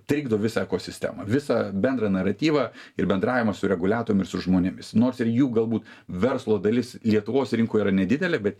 trikdo visą ekosistemą visą bendrą naratyvą ir bendravimą su reguliatorium ir su žmonėmis nors ir jų galbūt verslo dalis lietuvos rinkoje yra nedidelė bet